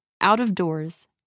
out-of-doors